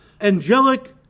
angelic